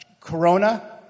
Corona